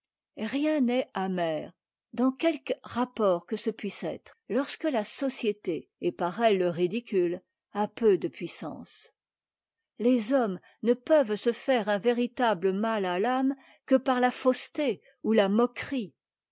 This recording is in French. rien n'est amer dans quelque rapport que ce puisse être lorsque la société et par elle le ridicule ont peu de puissance les hommes ne peuvent se faire un véritable mal à l'âme que par la fausseté ou ta moquerie